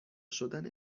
شدن